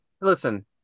listen